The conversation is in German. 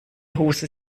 hose